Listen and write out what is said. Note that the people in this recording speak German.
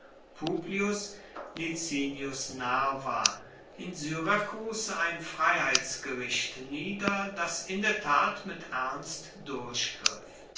licinius nerva in syrakus ein freiheitsgericht nieder das in der tat mit ernst